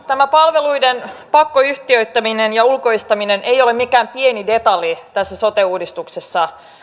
tämä palveluiden pakkoyhtiöittäminen ja ulkoistaminen ei ole mikään pieni detalji tässä sote uudistuksessa